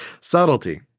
subtlety